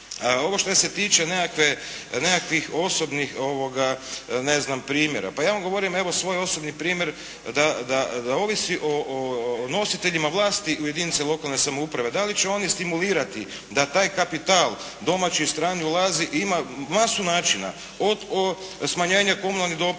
ovo što se tiče nekakvih osobnih primjera, pa ja vam govorim evo svoj osobni primjer da ovisi o nositeljima vlasti u jedinici lokalne samouprave da li će oni stimulirati da taj kapital domaći i strani ulazi. Ima masu načina, od smanjenja komunalnih doprinosa,